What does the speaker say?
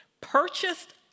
Purchased